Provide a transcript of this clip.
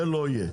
זה לא יהיה.